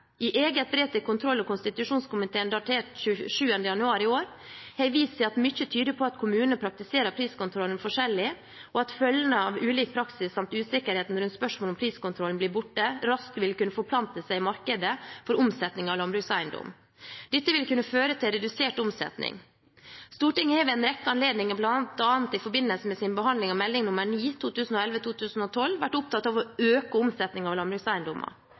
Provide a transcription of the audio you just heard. I eget brev til kontroll- og konstitusjonskomiteen datert 27. januar i år har jeg vist til at mye tyder på at kommunene praktiserer priskontrollen forskjellig, og at følgene av ulik praksis samt usikkerheten rundt spørsmålet om hvorvidt priskontrollen blir borte, raskt vil kunne forplante seg i markedet for omsetning av landbrukseiendom. Dette vil kunne føre til redusert omsetning. Stortinget har ved en rekke anledninger, bl.a. i forbindelse med sin behandling av Meld. St. 9 for 2011–2012, vært opptatt av å øke omsetningen av landbrukseiendommer.